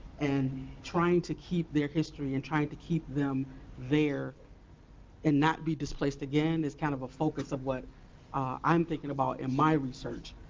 and trying to keep their history and trying to keep them there and not be displaced again is kind of a focus of what i'm thinking about in my research,